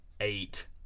eight